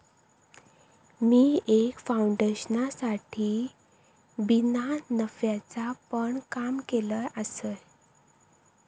मी एका फाउंडेशनसाठी बिना नफ्याचा पण काम केलय आसय